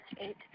eight